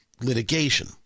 litigation